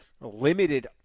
limited